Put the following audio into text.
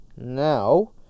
Now